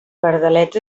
pardalets